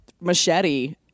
machete